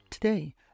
Today